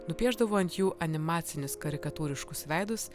nupiešdavo ant jų animacinis karikatūriškus veidus